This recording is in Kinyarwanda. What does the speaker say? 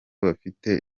bafite